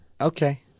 okay